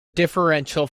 differential